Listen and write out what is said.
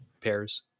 pairs